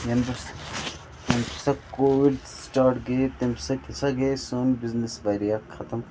covid start گٔیے تمہِ سۭتۍ ہَسا گٔے سٲنٛۍ بِزنٮ۪س واریاہ ختٕم